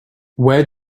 where